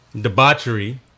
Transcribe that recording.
debauchery